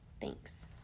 Thanks